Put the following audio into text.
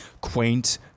quaint